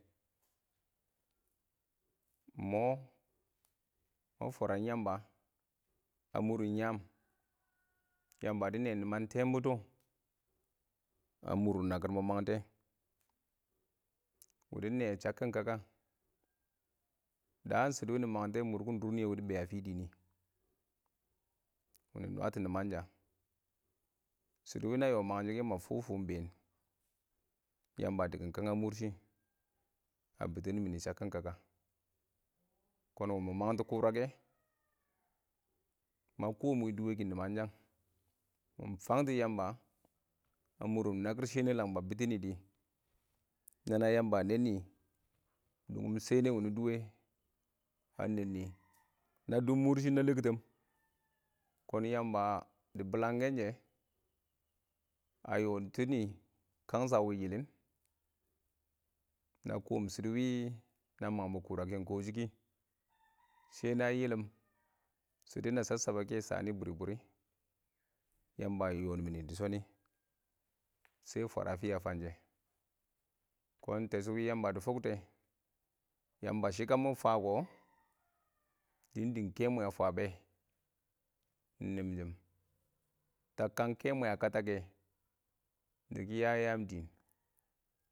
Mɔ ma fwaram Yamba a mʊr nɪn yaam, Yamba dɪ nɛɪyɛ nɪman tɛɛn bʊtɔ a mʊr nɪn nakɪr mɪ mangtɛ, wɪ dɪ nɛɪyɛ shakkɪn kaka, daan shɪdɔ wɪ nɪ mangtɛ, mʊrkɪn dʊr nɪ yɛ wɪ dɪ bɛ a fii dɪ nɪ. Wɪ nɪ nwatɔ nɪmansha,. shɪdɔ wɪ na yɔ mang shɪ kɛ, ma fʊfʊ ɪng been Yamba a dɪkkɪm kang a mʊr shɪ, a bɪtɪnɪ mɪnɪ chakkɪn kaka. kɔn wɪ mɪ mangtɔ kʊrakɛ, ma kɔɔm wɪ dʊwɛ kɪ nɪmanshang, mɪ fang tɔ Yamba a mʊr nɪn nakɪr shɛnɛ lang ba bɪtɪ nɪ dɪ, nana Yamba a nɛɛn nɪ dʊngʊm shɛnɛ wɪ nɪ dʊwɛ a nɛɛn nɪ na dʊb mʊrshɪ na lɛngtɛm, kɔn Yamba dɪ bɪlangkɛn shɛ, a yɔ tɪnɪ kang sha wɪ yɪlɪn, na kɔɔm shɪdɔ wɪ na mangbɔ kʊrakɛn kɔ shɪ kɪ. Shɛnɛ a yɪlɪm, shɪdo na chab-chabɛ kɛ shanɪ bwɪrɪ-bwɪrɪ, Yamba a yɔ nɪ mɪnɪ dɪ shɪnɪ, shɛ fwara a fɪya fanshɛ, kɔn ɪng tɛ shɔ wɪ Yamba dɪ fʊktɛ, Yamba shɪ kashɪ mɪ fa kɔ, dɪ ɪng dɪng kɛmwɛ a fabɛ, ɪng nɪmshɪm, tab kang kɛmwɛ a kata kɛ, dɪ kɪ ya yaam dɪɪn.